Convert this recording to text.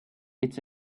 its